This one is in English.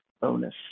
bonus